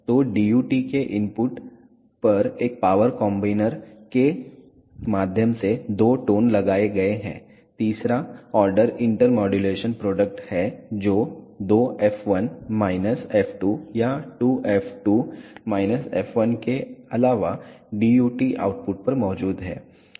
तो DUT के input पर एक पावर कॉम्बिनर के माध्यम से दो टोन लगाए गए हैं और तीसरा ऑर्डर इंटर मॉड्यूलेशन प्रोडक्ट है जो 2f1 f2 या 2f2 f1 के अलावा DUT आउटपुट पर मौजूद है